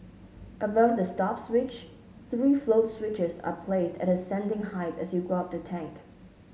above the stop switch three float switches are placed at ascending heights as you go up the tank